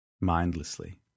mindlessly